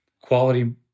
Quality